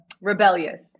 rebellious